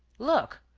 look,